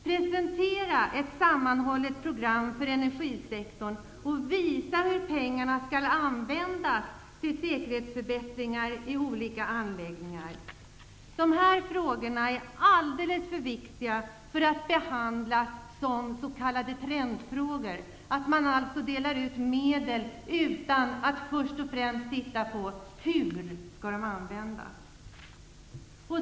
Presentera ett sammanhållet program för energisektorn och visa hur pengarna skall användas till säkerhetsförbättringar i olika anläggningar! Dessa frågor är alldeles för viktiga för att behandlas som s.k. trendfrågor, dvs. att man delar ut medel utan att först och främst titta på hur de skall användas.